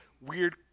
weird